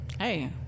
hey